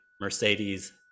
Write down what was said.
Mercedes